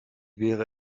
wäre